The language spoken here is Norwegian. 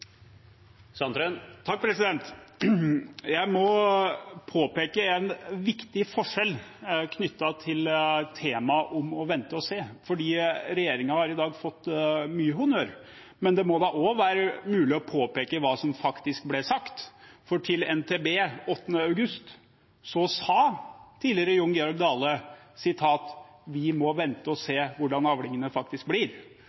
Jeg må påpeke en viktig forskjell knyttet til temaet vente-og-se: Regjeringen har i dag fått mye honnør, men det må også være mulig å påpeke hva som faktisk ble sagt. For til NRK den 8. august sa tidligere landbruks- og matminister Jon Georg Dale at vi må vente og se hvordan avlingene faktisk blir.